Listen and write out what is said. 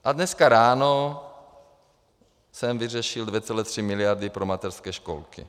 A dneska ráno jsem vyřešil 2,3 miliardy pro mateřské školky.